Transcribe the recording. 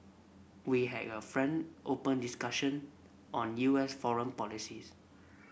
we had a frank open discussion on U S foreign policies